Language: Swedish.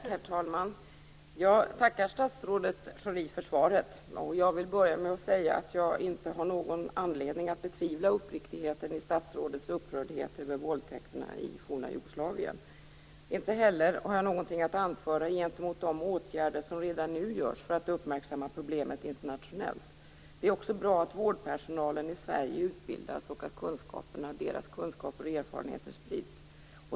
Herr talman! Jag tackar statsrådet Schori för svaret. Jag vill börja med att säga att jag inte har någon anledning att betvivla uppriktigheten i statsrådets upprördhet över våldtäkterna i forna Jugoslavien. Inte heller har jag någonting att anföra gentemot de åtgärder som redan nu görs för att uppmärksamma problemet internationellt. Det är också bra att vårdpersonalen i Sverige utbildas och att deras kunskaper och erfarenheter sprids.